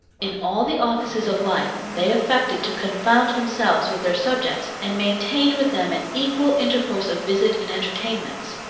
in all the offices of life, they affected to confound themselves with their subjects, and maintained with them an equal intercourse of visits and entertainments.